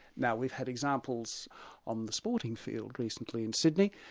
now we've had examples on the sporting field recently in sydney,